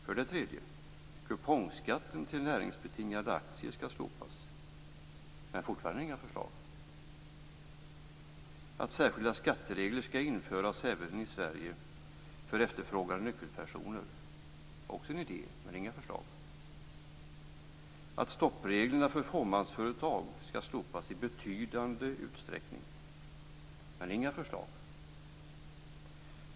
För det tredje: Kupongskatten på näringsbetingade aktier skall slopas - men fortfarande inga förslag. Att särskilda skatteregler skall införas även i Sverige för efterfrågade nyckelpersoner är också en idé - men inga förslag. Vidare handlar det om att stoppreglerna för fåmansföretag skall slopas i betydande utsträckning - men inga förslag.